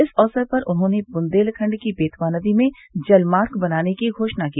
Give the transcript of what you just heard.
इस अवसर पर उन्होंने बुन्देलखण्ड की बेतवा नदी में जल मार्ग बनाने की घोषणा की